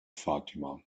fatima